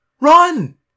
Run